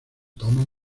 toman